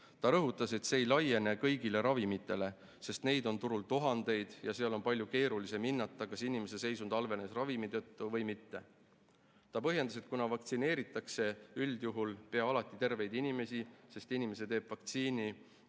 Ta rõhutas, et see ei laiene kõigile ravimitele, sest neid on turul tuhandeid ja seal on palju keerulisem hinnata, kas inimese seisund halvenes ravimi tõttu või mitte. Ta põhjendas, et kuna vaktsineeritakse üldjuhul pea alati terveid inimesi, sest inimene teeb vaktsiini